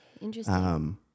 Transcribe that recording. Interesting